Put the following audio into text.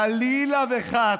חלילה וחס,